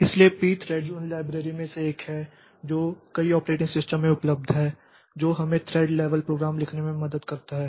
इसलिए Pthreads उन लाइबरेरिओं में से एक है जो कई ऑपरेटिंग सिस्टम में उपलब्ध है जो हमें थ्रेड लेवल प्रोग्राम लिखने में मदद करता है